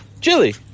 Chili